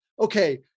okay